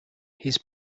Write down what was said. his